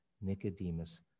nicodemus